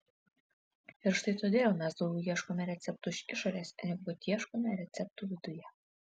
ir štai todėl mes daugiau ieškome receptų iš išorės negu kad ieškome receptų viduje